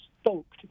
stoked